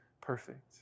perfect